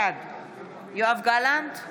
בעד יואב גלנט,